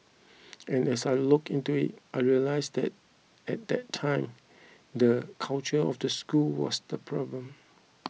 and as I looked into it I realised that at that time the culture of the school was the problem